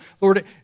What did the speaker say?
Lord